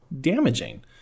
damaging